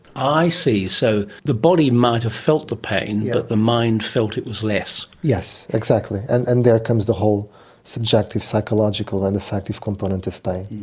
i see, so the body might have felt the pain but the mind felt it was less. yes, exactly, and and there comes the whole subjective psychological and effective component of pain.